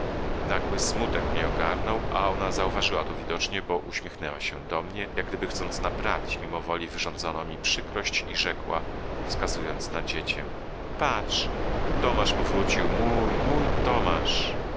nagły smutek mnie ogarnął a ona zauważyła to widocznie bo uśmiechnęła się do mnie jak gdyby chcąc naprawić mimowoli wyrządzoną mi przykrość i rzekła wskazując na dziecię patrz tomasz powrócił mój mój tomasz